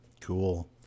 cool